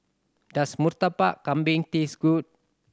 does Murtabak Kambing taste good